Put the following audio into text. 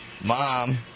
Mom